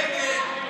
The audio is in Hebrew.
נגד.